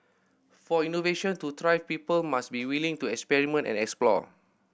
for innovation to thrive people must be willing to experiment and explore